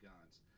guns